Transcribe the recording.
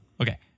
Okay